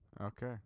Okay